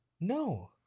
No